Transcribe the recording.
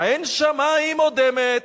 עין שמים אודמת.